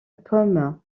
paume